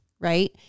Right